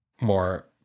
more